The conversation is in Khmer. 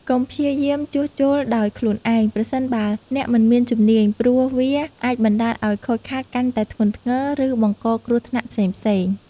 កុំព្យាយាមជួសជុលដោយខ្លួនឯង ប្រសិនបើអ្នកមិនមានជំនាញ ព្រោះវាអាចបណ្ដាលឱ្យខូចខាតកាន់តែធ្ងន់ធ្ងរ ឬបង្កគ្រោះថ្នាក់ផ្សេងៗ។